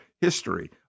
history